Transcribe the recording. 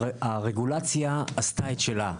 הרגולציה עשתה את שלה.